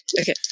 okay